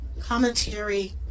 commentary